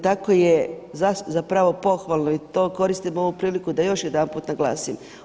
Tako je zapravo pohvalno i to koristim ovu priliku da još jedanput naglasim.